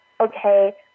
Okay